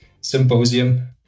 Symposium